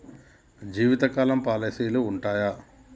జీవితకాలం పాలసీలు ఉంటయా?